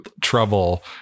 trouble